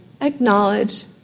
acknowledge